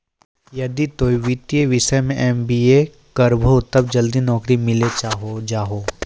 यदि तोय वित्तीय विषय मे एम.बी.ए करभो तब जल्दी नैकरी मिल जाहो